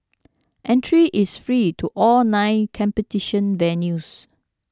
entry is free to all nine competition venues